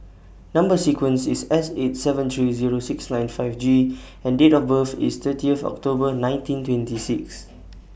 Number sequence IS S eight seven three Zero six nine five G and Date of birth IS thirtieth October nineteen twenty six